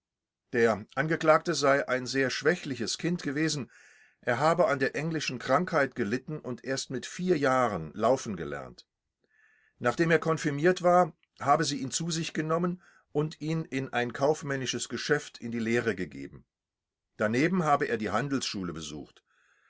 der angeklagte sei ein sehr schwächliches kind gewesen er habe an der englischen krankheit gelitten und erst mit vier jahren laufen gelernt nachdem er konfirmiert war habe sie ihn zu sich genommen und ihn in ein kaufmännisches geschäft in die lehre gegeben daneben habe er die handelsschule besucht